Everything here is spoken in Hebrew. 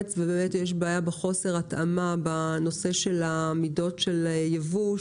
ויש בעיה בחוסר התאמה בנושא של מידות הייבוא,